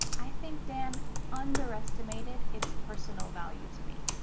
i think dan underestimated it's personal value to me.